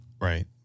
Right